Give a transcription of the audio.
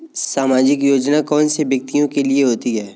सामाजिक योजना कौन से व्यक्तियों के लिए होती है?